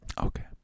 Okay